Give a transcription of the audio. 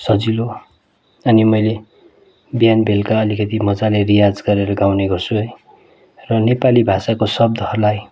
सजिलो अनि मैले बिहान बेलुका अलिकति मज्जाले रियाज गरेर गाउने गर्छु है र नेपाली भाषाको शब्दहरूलाई